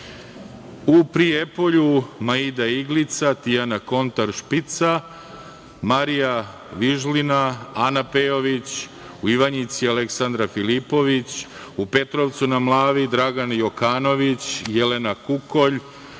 u Prijepolju – Maida Iglica, Tijana Kontar Špica, Marija Vižlina, Ana Pejović, u Ivanjici – Aleksandra Filipović, u Petrovcu na Mlavi – Dragan Jokanović, Jelena Kukolj,